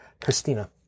Christina